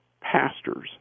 pastors